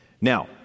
now